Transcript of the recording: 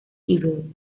evil